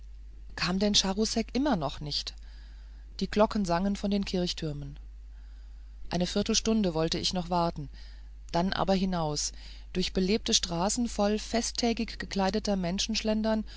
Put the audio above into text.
kam denn charousek immer noch nicht die glocken sangen von den kirchtürmen eine viertelstunde wollte ich noch warten dann aber hinaus durch belebte straßen voll festtägig gekleideter